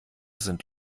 sind